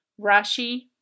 Rashi